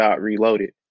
Reloaded